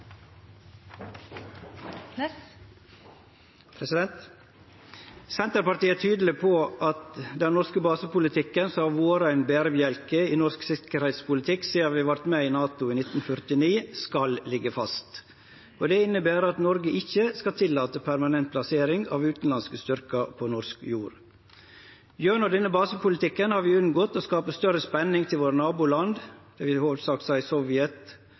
i øst. Senterpartiet er tydeleg på at den norske basepolitikken, som har vore ein berebjelke i norsk tryggingspolitikk sidan vi vart med i NATO i 1949, skal liggje fast. Det inneber at Noreg ikkje skal tillate permanent plassering av utanlandske styrkar på norsk jord. Gjennom denne basepolitikken har vi unngått å skape større spenning i forholdet til nabolanda våre – i hovudsak Sovjet,